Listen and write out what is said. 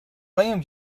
قایم